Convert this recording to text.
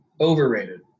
overrated